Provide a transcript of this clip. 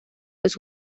los